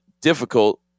difficult